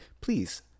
please